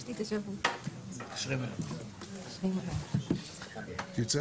נושא הזיופים של מרשמים דיגיטליים זו מכת